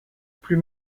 plus